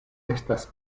estas